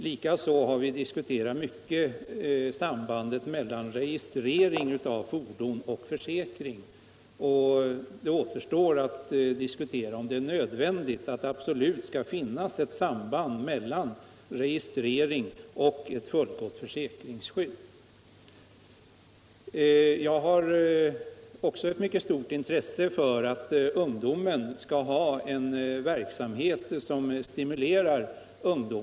Likaså har vi ingående diskuterat sambandet mellan registrering av fordon och försäkring. Det Nr 44 återstår att diskutera om det är absolut nödvändigt att det skall finnas Fredagen den ett samband mellan registrering och ett fullgott försäkringsskydd. 12 december 1975 Jag är också mycket intresserad av att ungdomen ägnar sig åt verk samheter som kan stimulera.